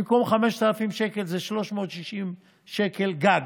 במקום 5,000 שקל זה 360 שקל גג,